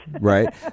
Right